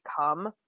come